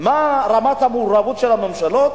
מה רמת המעורבות של הממשלות,